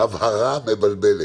היו 13 מיש עתיד שנבחרו,